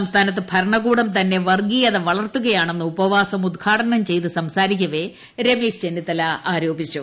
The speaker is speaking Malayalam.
സംസ്ഥാനത്ത് ഭരണകൂടം തന്നെ വർഗീയത വളർത്തുകയാണെന്ന് ഉപവാസം ഉദ്ഘാടനം ചെയ്ത് സംസാരിക്കവെ രമേശ് ചെന്നിത്തല ആരോപിച്ചു